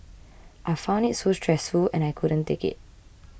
I found it so stressful and I couldn't take it